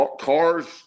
Cars